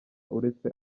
uretse